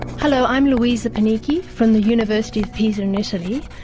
hello, i'm luisa panichi from the university of pisa in italy.